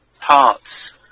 parts